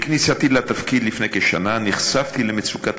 עם כניסתי לתפקיד לפני כשנה נחשפתי למצוקת